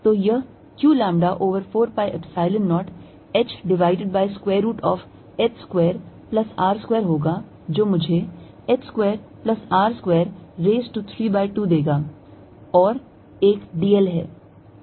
तो यह q lambda over 4 pi Epsilon 0 h divided by square root of h square plus r square होगा जो मुझे h square plus R square raise to 3 by 2 देगा और एक dl है